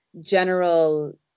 general